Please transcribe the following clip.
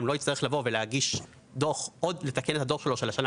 לא יצטרך לבוא ולתקן את הדו"ח שלו,